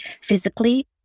physically